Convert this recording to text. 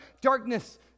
darkness